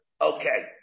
okay